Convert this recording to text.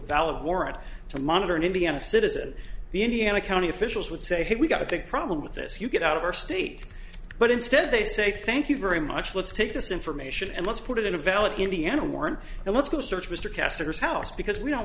valid warrant to monitor an indiana citizen the indiana county officials would say hey we've got a big problem with this you get out of our state but instead they say thank you very much let's take this information and let's put it in a valid indiana warrant and let's go search mr caster's house because we don't